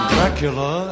Dracula